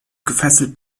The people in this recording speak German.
gefesselt